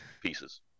pieces